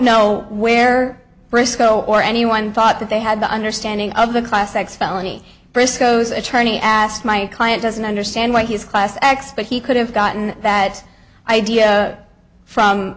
know where briscoe or anyone thought that they had the understanding of the class sex felony briscoe's attorney asked my client doesn't understand why his class acts but he could have gotten that idea from